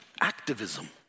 activism